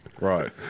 Right